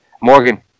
Morgan